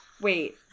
wait